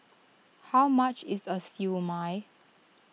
how much is Siew Mai